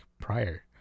prior